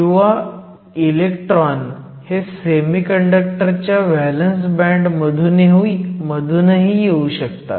किंवा इलेक्ट्रॉन हे सेमीकंडक्टर च्या व्हॅलंस बँड मधूनही येऊ शकतात